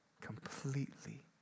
completely